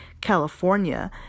California